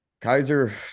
Kaiser –